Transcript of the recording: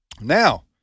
now